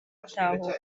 gutahuka